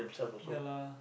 ya lah